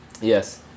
Yes